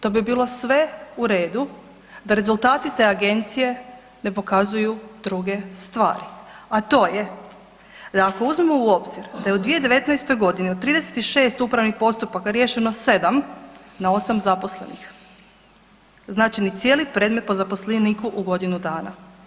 To bi bilo sve u redu da rezultati te agencije ne pokazuju druge stvari, a to je da ako uzmemo u obzir da je u 2019.g. od 36 upravnih postupaka riješeno 7, na 8 zaposlenih, znači ni cijeli predmet po zaposleniku u godinu dana.